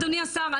אדוני השר,